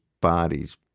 bodies